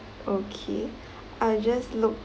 okay I just look